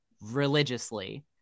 religiously